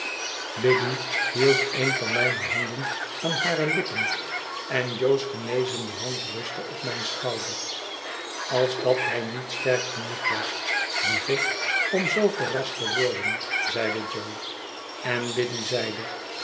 hield een van mijne nanden aan hare lippen en jo's genezende hand rustte op mijn schouder als dat hij niet sterk genoeg was lieve om zoo verrast te worden zeide jo en biddy